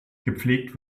gepflegt